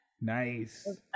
nice